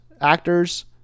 actors